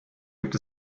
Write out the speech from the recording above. gibt